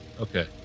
okay